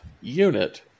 unit